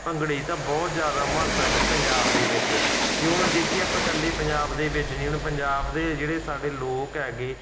ਭੰਗੜੇ ਦੀ ਤਾਂ ਬਹੁਤ ਜ਼ਿਆਦਾ ਮਹੱਤਤਾ ਹੈਗੀ ਪੰਜਾਬ ਦੇ ਵਿੱਚ ਜੇ ਹੁਣ ਦੇਖੀਏ ਆਪਾਂ ਇਕੱਲੇ ਪੰਜਾਬ ਦੇ ਵਿੱਚ ਨਹੀਂ ਹੁਣ ਪੰਜਾਬ ਦੇ ਜਿਹੜੇ ਸਾਡੇ ਲੋਕ ਹੈਗੇ